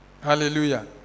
Hallelujah